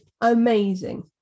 Amazing